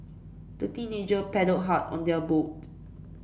the teenager paddled hard on their boat